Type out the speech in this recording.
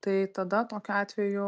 tai tada tokiu atveju